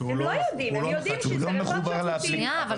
הוא לא מחובר לאפליקציה.